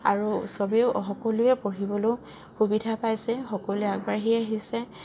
আৰু চবেও সকলোৱে পঢ়িবলও সুবিধা পাইছে সকলোৱে আগবাঢ়ি আহিছে